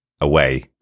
away